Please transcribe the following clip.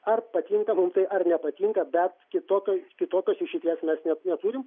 ar patinka mum tai ar nepatinka bet kitokios kitokios išeities mes net neturim